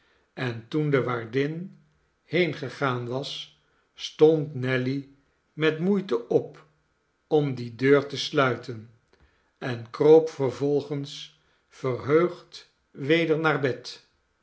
en toen de waardin heen gegaan was stond nelly met moeite op om die deur te sluiten en kroop vervolgens verheugd weder naar bed